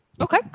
Okay